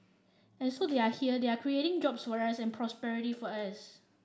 and so they are here and they are creating jobs for us and prosperity for us